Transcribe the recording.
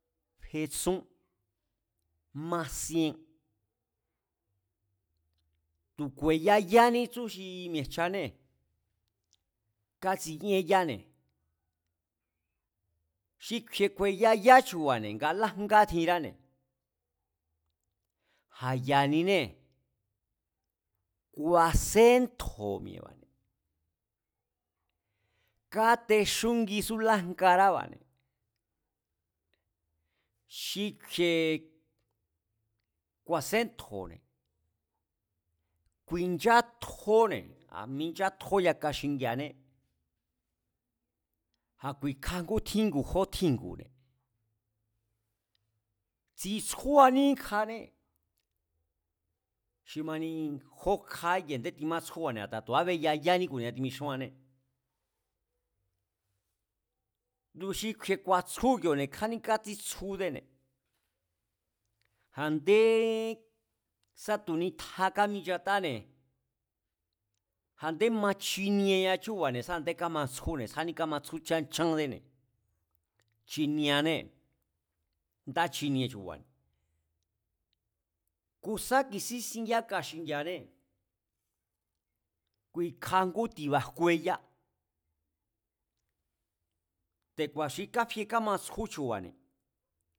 Fetsún, ma sien, tu̱ ku̱e̱yayaní tsú xi mie̱jchanée̱, katsikíényáne̱, xi kju̱i̱e ku̱e̱yayá chu̱ba̱ne̱ nga lájnga tjinráne̱, a̱ ya̱ninée̱, ku̱a̱sentjó mi̱e̱ba̱ne̱, kátexúngisú lajngarába̱ne̱, xi kju̱i̱e̱ ku̱a̱séntjo̱ba̱ne̱, ku̱i̱nchátjone̱, a̱ minchátjó yaka xingi̱a̱ane, a̱ kuikja ngú tjíngu̱, jó tji̱ngu̱ne̱, tsi̱tsjúaní íkjanée̱, xi mani jó kja íkiee̱ne̱ a̱nde timatsjúba̱ne̱ a̱nda tu̱ ábeyayaní ku̱nia timixúanné, tu̱ xi kju̱i̱ ku̱a̱tsjú ikioo̱ne̱ tsjádé katsítsjúdene̱, a̱ndé sá tu̱ nitja káminchatáne̱, a̱ndé ma chinieñá chúu̱ba̱ne̱ sá a̱ndé tsjádé kámatsjú chán chándéne̱, chinieanee̱, ndá chinie chu̱ba̱ne̱. Ku̱ sá ki̱sín sin yáka xingi̱a̱ané ku̱i̱kja ngú ti̱ba̱ jkueya, te̱ku̱a̱ xi kafie kámatsjú chu̱ba̱